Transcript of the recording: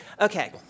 Okay